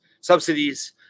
subsidies